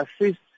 assist